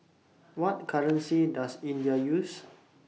What currency Does India use